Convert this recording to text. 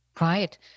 Right